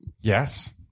yes